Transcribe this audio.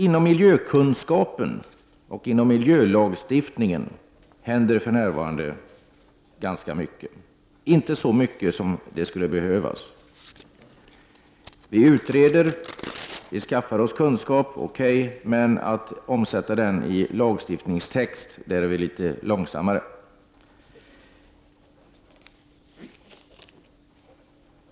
Inom miljökunskapen och miljölagstiftningen händer för närvarande ganska mycket men ändå inte så mycket som skulle vara nödvändigt. Okej, vi utreder, och vi skaffar oss kunskap. Att omsätta detta i lagstiftningstext går däremot litet långsammare.